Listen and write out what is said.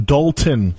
Dalton